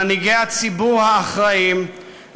מנהיגי הציבור האחראיים,